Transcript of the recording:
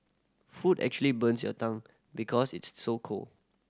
food actually burns your tongue because it's so cold